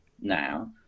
now